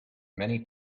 many